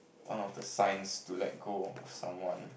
one of the signs to let go of someone